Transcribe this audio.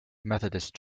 methodist